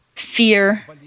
fear